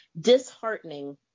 disheartening